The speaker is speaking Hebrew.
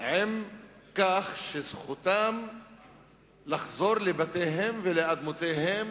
עם כך שזכותם לחזור לבתיהם ולאדמותיהם